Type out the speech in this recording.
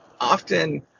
often